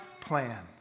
plan